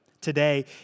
Today